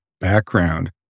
background